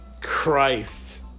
Christ